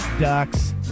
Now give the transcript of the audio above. Ducks